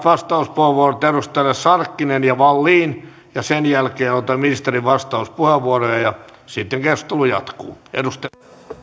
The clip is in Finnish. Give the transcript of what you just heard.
vastauspuheenvuorot edustajille sarkkinen ja wallin ja sen jälkeen otan ministerien vastauspuheenvuoroja ja sitten keskustelu jatkuu